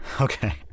Okay